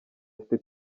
afite